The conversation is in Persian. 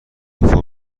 فرم